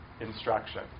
instruction